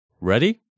Ready